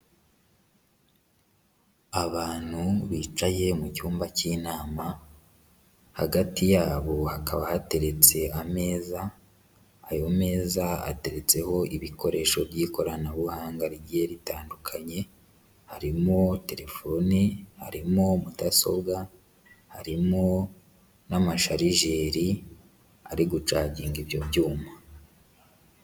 Abantu bicaye mu cyumba cy'inama hagati yabo hakaba hateretse ameza, ayo meza ateretseho ibikoresho by'ikoranabuhanga bigiye bitandukanye harimo telefoni, harimo mudasobwa, harimo n'amasharijeri ari gucaginga ibyo byuma.